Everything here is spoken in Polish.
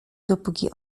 dopóki